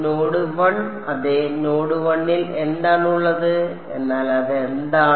node 1 അതെ node 1 ൽ എന്താണ് ഉള്ളത് എന്നാൽ അതെന്താണ്